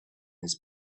his